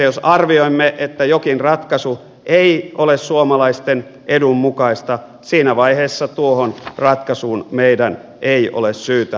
jos arvioimme että jokin ratkaisu ei ole suomalaisten edun mukaista siinä vaiheessa tuohon ratkaisuun meidän ei ole syytä lähteä mukaan